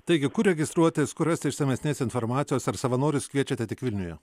taigi kur registruotis kur rasti išsamesnės informacijos ar savanorius kviečiate tik vilniuje